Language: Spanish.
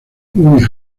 woody